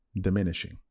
diminishing